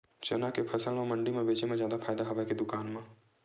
चना के फसल ल मंडी म बेचे म जादा फ़ायदा हवय के दुकान म?